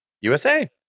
USA